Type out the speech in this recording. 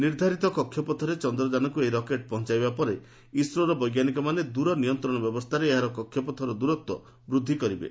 ନିର୍ଦ୍ଧାରିତ କକ୍ଷପଥରେ ଚନ୍ଦ୍ରଯାନକୁ ଏହି ରକେଟ୍ ପହଞ୍ଚାଇବା ପରେ ଇସ୍ରୋର ବୈଜ୍ଞାନିକମାନେ ଦୂର ନିୟନ୍ତ୍ରଣ ବ୍ୟବସ୍ଥାରେ ଏହାର କକ୍ଷପଥର ଦୂରତ୍ୱ ବୃଦ୍ଧି କରିବେ